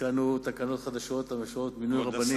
התקנו תקנות חדשות למינוי רבנים.